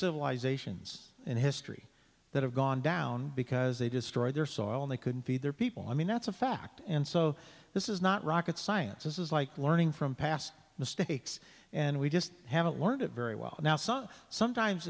civilizations in history that have gone down because they destroyed their soil and they couldn't feed their people i mean that's a fact and so this is not rocket science this is like learning from past mistakes and we just haven't learned a very well now son sometimes